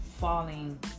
falling